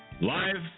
live